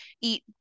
eat